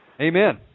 Amen